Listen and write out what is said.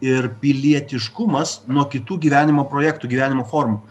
ir pilietiškumas nuo kitų gyvenimo projektų gyvenimo formų